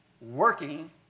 working